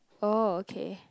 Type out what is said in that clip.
oh okay